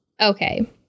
Okay